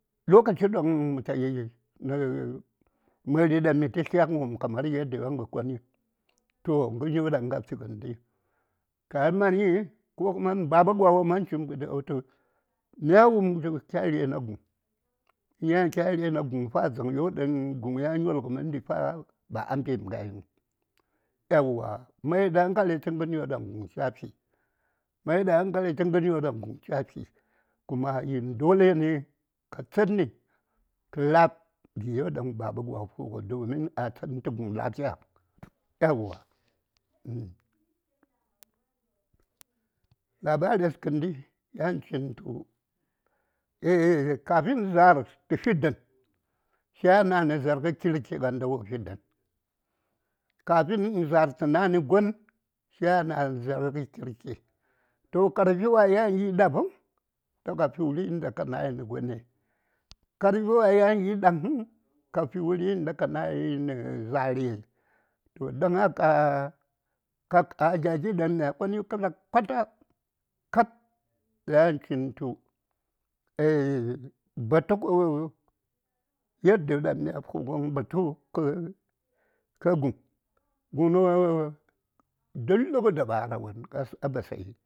﻿lokachiyo danŋ məta yi n?aaə məri daŋ mitə tlyagən wopm kamar yadiyo ɗaŋ kə koni toh gəryo daŋ kafi toh kya mali ko kuma baba gwa wo man chim g?di wultu: mya wumtu: kya rena guŋ, yan kya rena guŋ fa dzaŋyi daŋ guŋ ya nyolgə məndi fa ba a mbi:m a yiŋ yauwa mai da hankali tə ŋəryo daŋ guŋ cha fi mai da hankali tə gəryo daŋ cha fi kuma yin dole ne ka tsədni kə la:b vi: yo daŋ baba gwa fu:ŋə domin a tsən tə guŋ lafiya yauwa labares kəndi yanchintu: kafin za:r tə fi dən sai ya nayi nə za:r kirki ŋənda wo fi dən kafin za:r tə nayi nə gon sai ya nayi nə za:r ŋə kirki toh karfi wa yan yi ɗa vuŋ ta kafi wuri nda ka nayi nə gone? karfiwa yan yiɗa vuŋ ka fi wuri nda ka nayi nə za:re? toh don haka kab a gya gi daŋ mya koni kota-kota kab yan chintu: batu ŋə yadiyoda? myauŋən batu ŋə kə guŋ, Guŋ nə dullu daɓara won a Basayi.